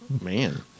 Man